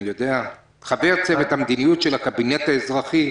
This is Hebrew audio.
חבר צוות המדיניות של הקבינט האזרחי.